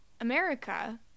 america